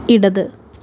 ഇടത്